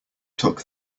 tuck